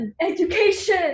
Education